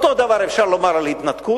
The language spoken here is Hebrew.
אותו דבר אפשר לומר על ההתנתקות.